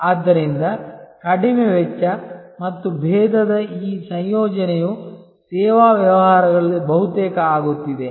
ಆದ್ದರಿಂದ ಕಡಿಮೆ ವೆಚ್ಚ ಮತ್ತು ಭೇದದ ಈ ಸಂಯೋಜನೆಯು ಸೇವಾ ವ್ಯವಹಾರಗಳಲ್ಲಿ ಬಹುತೇಕ ಆಗುತ್ತಿದೆ